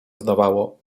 zdawało